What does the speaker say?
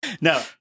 No